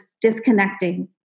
disconnecting